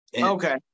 okay